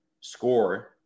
score